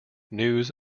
news